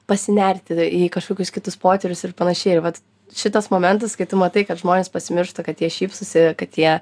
pasinerti į kažkokius kitus potyrius ir panašiai ir vat šitas momentas kai tu matai kad žmonės pasimiršta kad jie šypsosi kad jie